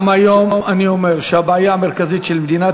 גם היום אני אומר שהבעיה המרכזית של מדינת